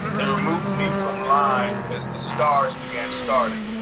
they removed me from line as the stars began starting.